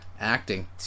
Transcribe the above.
acting